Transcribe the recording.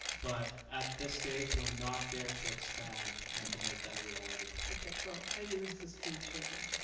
but at this stage we're not there to expand and to make that a reality. okay, well, maybe this is future then.